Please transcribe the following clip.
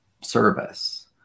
service